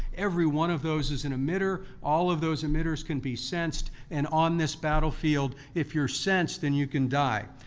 every one of those in an emitter, all of those emitters can be sensed and on this battlefield, if you're sensed then you can die.